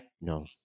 no